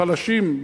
לחלשים,